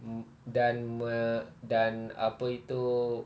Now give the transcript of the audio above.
mm dan me~ dan apa itu